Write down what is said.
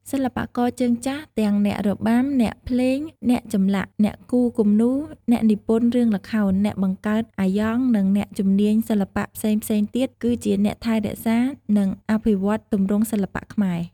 សិល្បករជើងចាស់ ទាំងអ្នករបាំ អ្នកភ្លេង អ្នកចម្លាក់ អ្នកគូរគំនូរ អ្នកនិពន្ធរឿងល្ខោន អ្នកបង្កើតអាយ៉ង និងអ្នកជំនាញសិល្បៈផ្សេងៗទៀតគឺជាអ្នកថែរក្សា និងអភិវឌ្ឍទម្រង់សិល្បៈខ្មែរ។